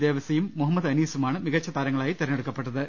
ദേവസ്സിയും മുഹമ്മദ് അനീസുമാണ് മികച്ച താരങ്ങളായി തിരഞ്ഞെടുക്കപ്പെട്ടത്